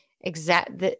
exact